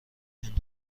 میلیون